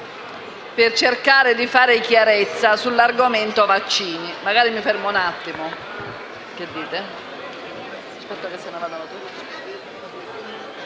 per cercare di fare chiarezza sull'argomento vaccini.